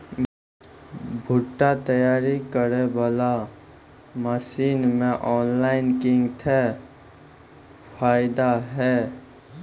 भुट्टा तैयारी करें बाला मसीन मे ऑनलाइन किंग थे फायदा हे?